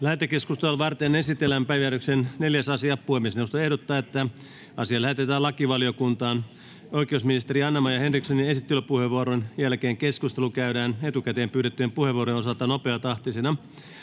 Lähetekeskustelua varten esitellään päiväjärjestyksen 4. asia. Puhemiesneuvosto ehdottaa, että asia lähetetään lakivaliokuntaan. Oikeusministeri Anna-Maja Henrikssonin esittelypuheenvuoron jälkeen keskustelu käydään etukäteen pyydettyjen puheenvuorojen osalta nopeatahtisena.